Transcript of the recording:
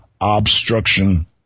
obstruction